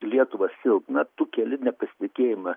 lietuvą silpną tu keli nepasitikėjimą